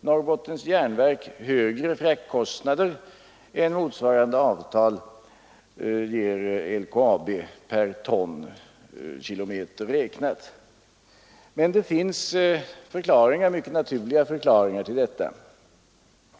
Norrbottens järnverk högre fraktkostnader än motsvarande avtal ger LKAB per tonkilometer räknat, men det finns mycket naturliga förklaringar till detta.